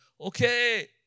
Okay